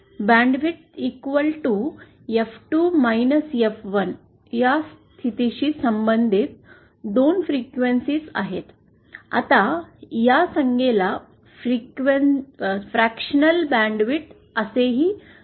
bandwidth F2 F1 या स्थितीशी संबंधित 2 फ्रिक्वेन्सीस आहेत आता या संज्ञेला फ्रॅक्शनल बँडविड्थ असेही म्हणतात